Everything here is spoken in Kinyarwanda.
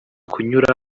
kunyura